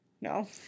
No